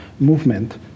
movement